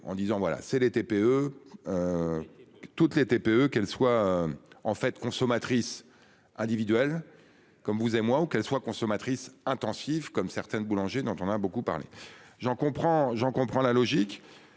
en disant voilà c'est les TPE. Toutes les TPE, qu'elle soit. En fait consommatrices. Individuel comme vous et moi ou qu'elle soit consommatrices intensif comme certaines boulanger dont on a beaucoup parlé j'en comprends j'en